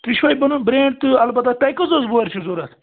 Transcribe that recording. تُہۍ چھِو پَنُن برینٛڈ تہِ اَلبَتہ تۄہہِ کٔژ حظ بۅہرِ چھَو ضروٗرت